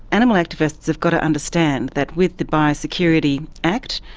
animal activists have got to understand that with the biosecurity act,